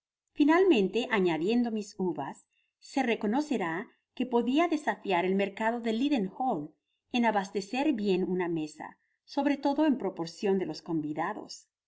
finalmente añadiendo mis uvas se reconocerá que podia desafiar el mercado de leaden hall en abastecer bien una mesa sobre todo en proporcion de los convidados si